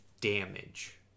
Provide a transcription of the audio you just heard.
damage